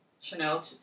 Chanel